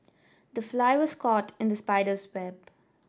the fly was caught in the spider's web